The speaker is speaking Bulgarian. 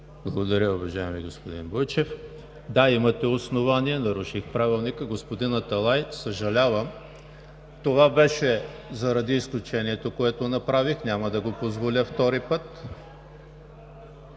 Благодаря, уважаеми господин Бойчев. Да, имате основание. Наруших Правилника. Господин Аталай, съжалявам! Това беше заради изключението, което направих. Няма да го позволя втори път.